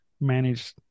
manage